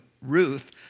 Ruth